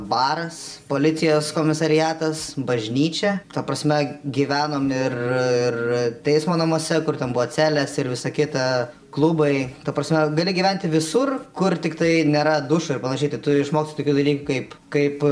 baras policijos komisariatas bažnyčia ta prasme gyvenom ir ir teismo namuose kur ten buvo celės ir visa kita klubai ta prasme gali gyventi visur kur tiktai nėra dušų ir panašiai tai tu išmoksti tokių dalykų kaip kaip